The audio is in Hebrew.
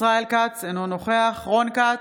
ישראל כץ, אינו נוכח רון כץ,